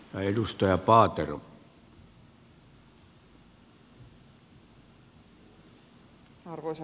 arvoisa herra puhemies